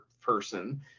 person